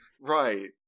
Right